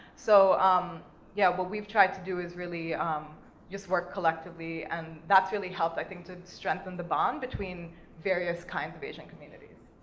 so um yeah, what we've tried to do is really just work collectively, and that's really helped, i think, to strengthen the bond between various kinds of asian communities.